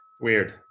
Weird